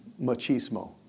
machismo